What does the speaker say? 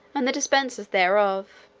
and the dispensers thereof,